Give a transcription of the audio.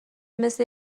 مثل